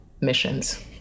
missions